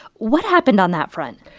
what happened on that front?